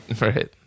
Right